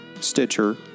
Stitcher